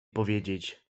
powiedzieć